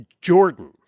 Jordan